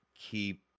keep